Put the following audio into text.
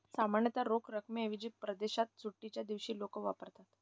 सामान्यतः रोख रकमेऐवजी परदेशात सुट्टीच्या दिवशी लोक वापरतात